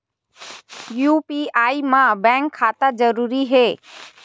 UPI मा bank खाता जरूरी हे?